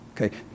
Okay